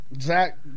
Zach